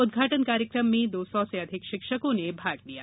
उद्घाटन कार्यक्रम में दो सौ से अधिक शिक्षकों ने भाग लिया